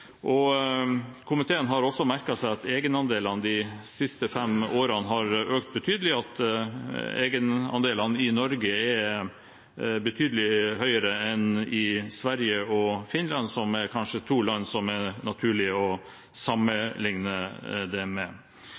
Komiteen har også merket seg at egenandelene de siste fem årene har økt betydelig, og at egenandelene i Norge er betydelig høyere enn i Sverige og Finland, som er to land som det kanskje er naturlig å sammenligne med.